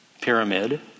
pyramid